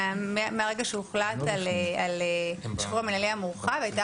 מהרגע שהוחלט על השחרור המינהלי המורחב הייתה